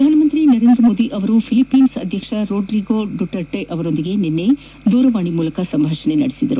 ಪ್ರಧಾನಮಂತ್ರಿ ನರೇಂದ್ರ ಮೋದಿ ಅವರು ಫಿಲಿಪೈನ್ಸ್ ಅಧ್ಯಕ್ಷ ರೊಡ್ರಿಗೋ ಡುಟರ್ಟೆ ಅವರೊಂದಿಗೆ ನಿನ್ನೆ ದೂರವಾಣಿ ಸಂಭಾಷಣೆ ನಡೆಸಿದರು